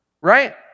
right